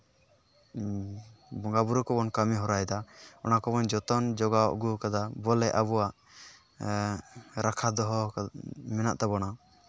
ᱵᱚᱸᱜᱟᱼᱵᱩᱨᱩ ᱠᱚᱵᱚᱱ ᱠᱟᱹᱢᱤ ᱦᱚᱨᱟᱭᱫᱟ ᱚᱱᱟ ᱠᱚᱵᱚᱱ ᱡᱚᱛᱚᱱ ᱡᱚᱜᱟᱣ ᱟᱹᱜᱩᱣ ᱠᱟᱫᱟ ᱵᱚᱞᱮ ᱟᱵᱚᱣᱟᱜ ᱨᱟᱠᱷᱟ ᱫᱚᱦᱚ ᱢᱮᱱᱟᱜ ᱛᱟᱵᱚᱱᱟ